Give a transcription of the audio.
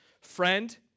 friend